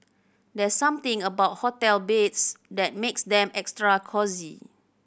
there's something about hotel beds that makes them extra cosy